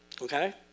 okay